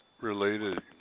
related